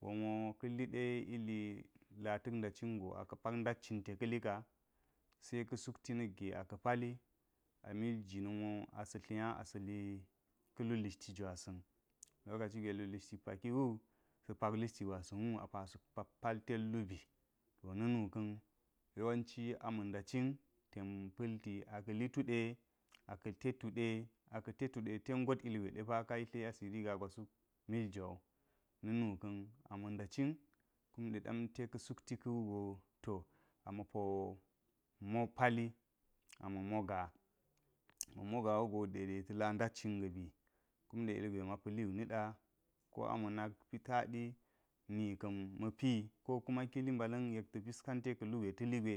gon wo ka̱liɗe ilila ta̱ta nda cingo aka pak ndatcn lite ka̱li ka se ka̱ sukti na̱k ge a ka pali a mil jina̱n wo asa̱ tlinya asa̱ li ka̱lu hishti gu asa̱n lokaci awe lulishti pakiwu, sa̱ pak lishti gwasa̱n wu asa palted lubi, to na̱nu ka̱n yewanci anaa̱ da nda cin ten pa̱lti aka̱ li tude, aka̱ te tuɗe, aka̱ teduɗe ten ngot ilgwe ka yitle asiri gagwa suk mil jwa wu na̱ nuka̱n a ma̱ nda̱ cin kum ɗe damte ka sukti wugo to ma̱po mo pali ama̱ moga ma̱ moga wugo dede ta̱ le ndat cin ga̱ bi, kunɗe ilgwe ma pa̱li wu niɗa, ko oma nak pi taɗi nika̱n ma̱pi, ko kuma kiyi mbala̱n yek ka̱ piskante lugwe ta̱ligwe.